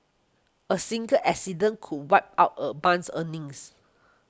a single accident could wipe out a month's earnings